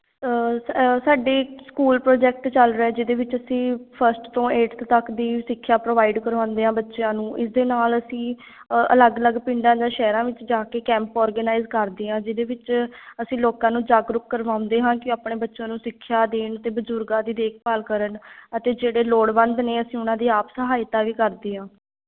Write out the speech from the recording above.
ਸਾਡੇ school project ਚੱਲ ਰਿਹਾ ਜਿਹਦੇ ਵਿੱਚ ਅਸੀਂ ਫਸਟ ਤੋਂ ਏਟਥ ਤੱਕ ਦੀ ਸਿੱਖਿਆ ਪ੍ਰੋਵਾਈਡ ਕਰਵਾਉਂਦੇ ਹਾਂ ਬੱਚਿਆਂ ਨੂੰ ਇਸ ਦੇ ਨਾਲ ਅਸੀਂ ਅਲੱਗ ਅਲੱਗ ਪਿੰਡਾਂ ਜਾਂ ਸ਼ਹਿਰਾਂ ਵਿੱਚ ਜਾ ਕੇ ਕੈਂਪ ਔਰਗਨਾਈਜ਼ ਕਰਦੇ ਹਾਂ ਜਿਹਦੇ ਵਿੱਚ ਅਸੀਂ ਲੋਕਾਂ ਨੂੰ ਜਾਗਰੂਕ ਕਰਵਾਉਂਦੇ ਹਾਂ ਕਿ ਆਪਣੇ ਬੱਚਿਆਂ ਨੂੰ ਸਿੱਖਿਆ ਦੇਣ ਅਤੇ ਬਜ਼ੁਰਗਾਂ ਦੀ ਦੇਖਭਾਲ ਕਰਨ ਅਤੇ ਜਿਹੜੇ ਲੋੜਵੰਦ ਨੇ ਅਸੀਂ ਉਹਨਾਂ ਦੀ ਆਪ ਸਹਾਇਤਾ ਵੀ ਕਰਦੇ ਹਾਂ